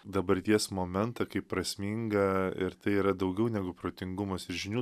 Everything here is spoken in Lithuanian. dabarties momentą kaip prasmingą ir tai yra daugiau negu protingumas ir žinių